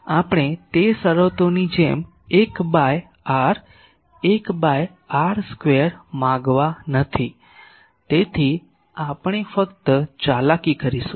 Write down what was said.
તેથી આપણે તે શરતોની જેમ 1 by r 1 by r square માંગવા નથી તેથી આપણે ફક્ત ચાલાકી કરીશું